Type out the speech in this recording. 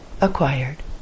acquired